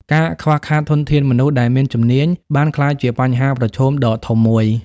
ការខ្វះខាតធនធានមនុស្សដែលមានជំនាញបានក្លាយជាបញ្ហាប្រឈមដ៏ធំមួយ។